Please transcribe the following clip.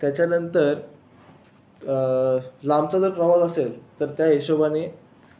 त्याच्यानंतर लांबचा जर प्रवास असेल तर त्या हिशोबाने